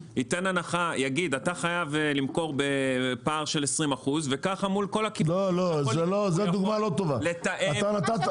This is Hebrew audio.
יגיד אתה חייב למכור בפער של 20% וככה מול כל הקמעונאים הוא יכול לתאם.